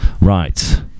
Right